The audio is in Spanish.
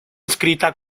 inscrita